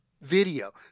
video